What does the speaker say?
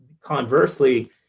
conversely